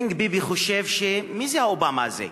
קינג ביבי חושב: מי זה האובמה הזה?